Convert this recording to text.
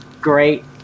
great